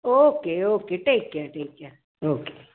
okay okay take care take care okay